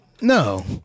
No